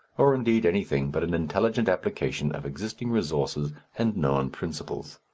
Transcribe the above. or indeed anything but an intelligent application of existing resources and known principles.